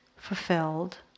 fulfilled